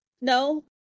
No